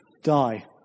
die